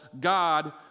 God